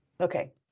Okay